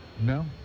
No